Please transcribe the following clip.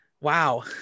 Wow